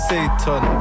Satan